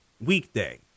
weekday